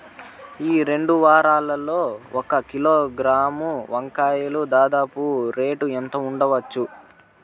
ఈ రెండు వారాల్లో ఒక కిలోగ్రాము వంకాయలు దాదాపు రేటు ఎంత ఉండచ్చు?